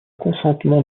consentement